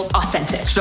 authentic